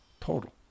total